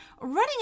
running